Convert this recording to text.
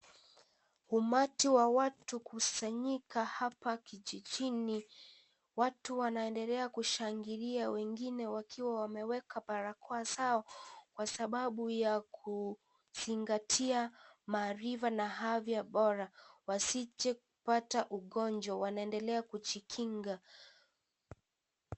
Umati wa watu kusanyika hapa kijijini, watu wanaendelea kushangilia wengine wakiwa wameweka barakoa sao, kwa sababu ya ku, zingatia, maarifa na afya bora, wasije kupata ugonjwa, wanaendelea kujikinga.